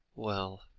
well